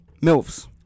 MILFs